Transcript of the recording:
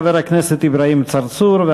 חבר הכנסת אברהים צרצור,